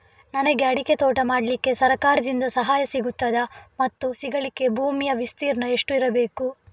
ನನಗೆ ಅಡಿಕೆ ತೋಟ ಮಾಡಲಿಕ್ಕೆ ಸರಕಾರದಿಂದ ಸಹಾಯ ಸಿಗುತ್ತದಾ ಮತ್ತು ಸಿಗಲಿಕ್ಕೆ ಭೂಮಿಯ ವಿಸ್ತೀರ್ಣ ಎಷ್ಟು ಇರಬೇಕು?